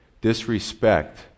disrespect